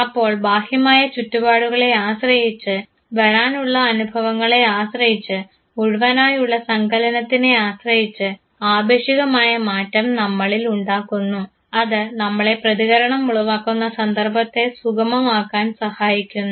അപ്പോൾ ബാഹ്യമായ ചുറ്റുപാടുകളെ ആശ്രയിച്ച് വരാനുള്ള അനുഭവങ്ങളെ ആശ്രയിച്ച് മുഴുവനായുള്ള സങ്കലനത്തിനെ ആശ്രയിച്ചു ആപേക്ഷികമായ മാറ്റം നമ്മളിൽ ഉണ്ടാക്കുന്നു അത് നമ്മളെ പ്രതികരണം ഉളവാക്കുന്ന സന്ദർഭത്തെ സുഗമമാക്കാൻ സഹായിക്കുന്നു